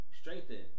strengthen